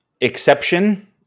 exception